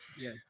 Yes